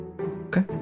Okay